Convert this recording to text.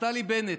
נפתלי בנט,